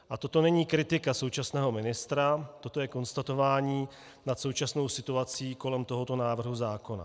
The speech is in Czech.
A toto není kritika současného ministra, toto je konstatování současné situace kolem tohoto návrhu zákona.